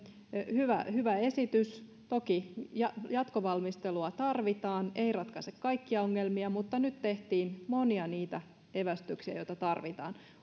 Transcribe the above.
hyvä hyvä esitys toki jatkovalmistelua tarvitaan tämä ei ratkaise kaikkia ongelmia mutta nyt tehtiin monia niitä evästyksiä joita tarvitaan